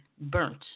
burnt